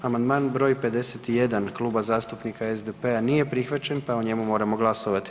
Amandman br. 51 Kluba zastupnika SDP-a, nije prihvaćen pa o njemu moramo glasovati.